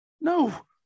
No